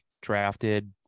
drafted